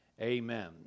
Amen